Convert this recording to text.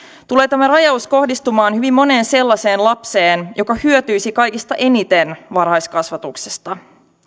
tulee tämä rajaus kohdistumaan hyvin moneen sellaiseen lapseen joka hyötyisi kaikista eniten varhaiskasvatuksesta